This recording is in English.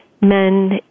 men